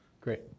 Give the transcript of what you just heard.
Great